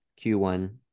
Q1